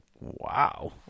wow